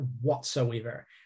whatsoever